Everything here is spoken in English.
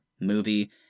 movie